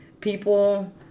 people